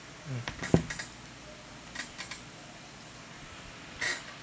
mm